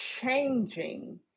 changing